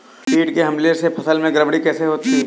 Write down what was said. कीट के हमले से फसल में गड़बड़ी कैसे होती है?